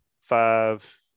five